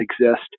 exist